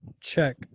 Check